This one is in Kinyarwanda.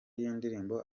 yindirimbo